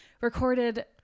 recorded